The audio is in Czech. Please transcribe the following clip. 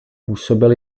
působil